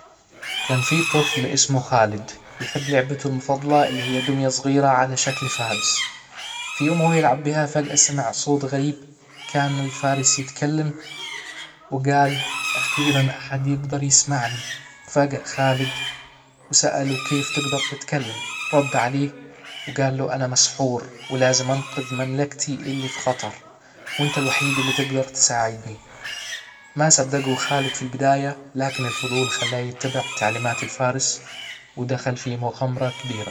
كان في طفل اسمه خالد، يحب لعبته المفاضلة اللي هي دمية صغيرة على شكل فارس في يوم وهو يلعب بها فجأة سمع صوت غريب كإن الفارس يتكلم وجال: اخيرا احد يجدر يسمعني فجأة خالد وسأله كيف تجدر تتكلم؟ رد عليه وجال له: انا مسحور ولازم انقذ مملكتي اللي في خطر، وانت الوحيد اللي تقدر تساعدني ما صدقه خالد في البداية لكن الفضول خلاه يتبع تعليمات الفارس ودخل في مغامرة كبيرة.